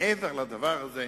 מעבר לדבר הזה,